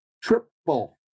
Triple